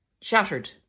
shattered